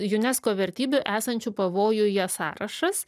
unesco vertybių esančių pavojuje sąrašas